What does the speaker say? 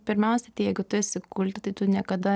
pirmiausia tai jeigu tu eisi kulte tai tu niekada